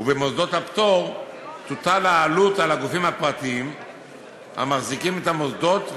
ובמוסדות הפטור תוטל העלות על הגופים הפרטיים המחזיקים את המוסדות,